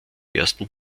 ersten